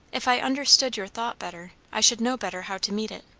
if i understood your thought better, i should know better how to meet it.